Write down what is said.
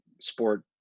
sport